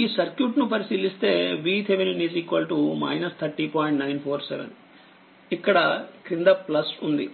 ఈ సర్క్యూట్ ను పరిశీలిస్తే VThevenin 30947 కాబట్టిఇక్కడ క్రింద ఉంది